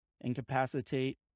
incapacitate